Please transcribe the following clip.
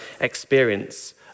experience